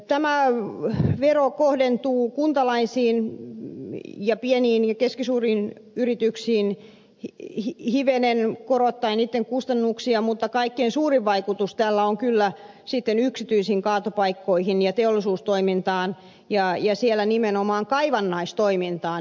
tämä vero kohdentuu kuntalaisiin ja pieniin ja keskisuuriin yrityksiin hivenen korottaen niitten kustannuksia mutta kaikkein suurin vaikutus tällä on kyllä sitten yksityisiin kaatopaikkoihin ja teollisuustoimintaan ja siellä nimenomaan kaivannaistoimintaan